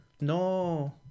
no